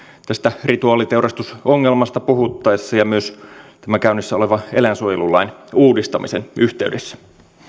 tästä rituaaliteurastusongelmasta puhuttaessa ja myös tämän käynnissä olevan eläinsuojelulain uudistamisen yhteydessä